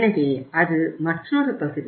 எனவே அது மற்றொரு பகுதி